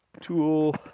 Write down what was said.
tool